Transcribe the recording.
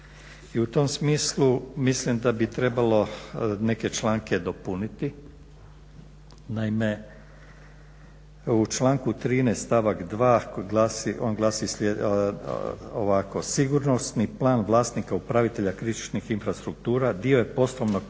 i u tom smislu mislim da bi trebalo neke članke dopuniti. Naime, u članku 13. stavak 2. on glasi ovako: "Sigurnosni plan vlasnika upravitelja kritičnih infrastruktura dio je poslovnog plana